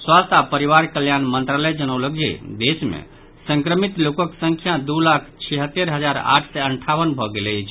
स्वास्थ्य आ परिवार कल्याण मंत्रालय जनौलक जे देश मे संक्रमित लोकक संख्या दू लाख छिहत्तरि हजार आठ सय अंठावन भऽ गेल अछि